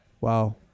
Wow